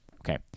okay